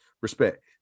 respect